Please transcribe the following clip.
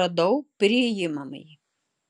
radau priimamąjį